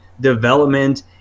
development